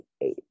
eight